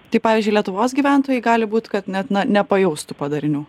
tai pavyzdžiui lietuvos gyventojai gali būt kad net na nepajaustų padarinių